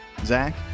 Zach